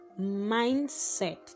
mindset